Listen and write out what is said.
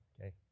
Okay